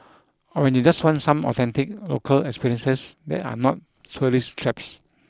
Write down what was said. or when you just want some authentic local experiences that are not tourist traps